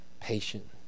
patient